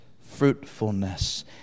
Fruitfulness